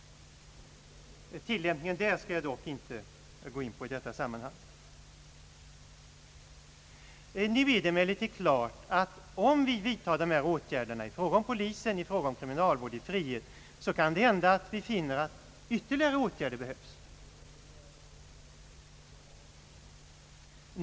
Tillämpningen där skall jag dock inte gå närmare in på i detta sammanhang. Nu är det klart att om vi vidtagit dessa åtgärder i fråga om polisen och i fråga om kriminalvård i frihet, så kan det hända att vi därefter finner att ytterligare åtgärder behövs.